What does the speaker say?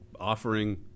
offering